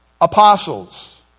apostles